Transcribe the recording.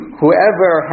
whoever